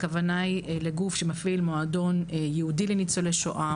הכוונה היא לגוף שמפעיל מועדון ייעודי לניצולי שואה,